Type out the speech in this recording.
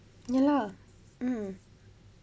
ya lah mm